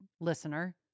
listener